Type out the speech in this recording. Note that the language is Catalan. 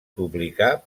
publicar